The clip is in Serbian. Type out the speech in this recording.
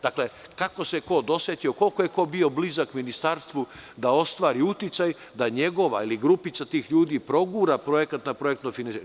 Dakle, kako se dosetio, koliko je ko bio blizak ministarstvu da ostvari uticaj, da njegova ili grupica tih ljudi progura projekat na projektno finansiranje.